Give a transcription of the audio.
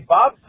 Bob